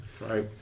Right